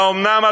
האומנם,